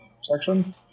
section